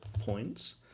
points